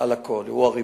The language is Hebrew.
על הכול, הוא הריבון.